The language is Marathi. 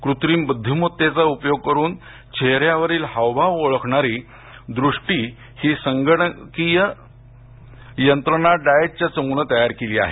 कृत्रिम बुद्धिमत्तेचा उपयोग करुन चेहऱ्यावरील हाव भाव ओळखणारी द्रष्टि ही संगणकीय मंत्रणा डाएट च्या चमूनं तयार केली आहे